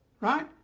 right